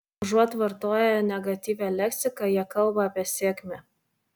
užuot vartoję negatyvią leksiką jie kalba apie sėkmę